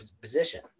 position